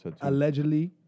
allegedly